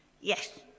Yes